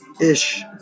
ish